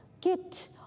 kit